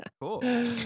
Cool